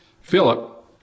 Philip